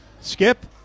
Skip